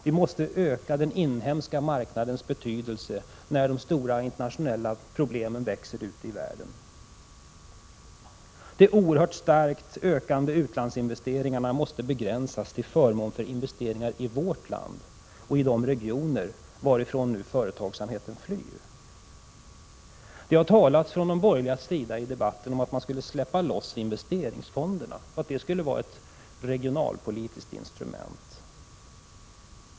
Vi måste öka den inhemska marknadens betydelse när de stora internationella problemen växer ute i världen. De oerhört starkt ökande utlandsinvesteringarna måste begränsas till förmån för investeringar i vårt land och i de regioner varifrån nu företagsamheten flyr. De borgerliga har i debatten talat om att man skulle släppa loss investeringsfonderna och att de skulle vara ett regionalpolitiskt instrument.